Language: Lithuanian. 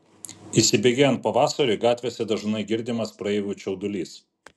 įsibėgėjant pavasariui gatvėse dažnai girdimas praeivių čiaudulys